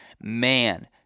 man